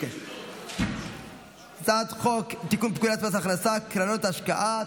וכעת נעבור להצעת חוק לתיקון פקודת מס הכנסה (קרנות השקעה),